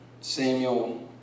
Samuel